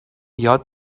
یاد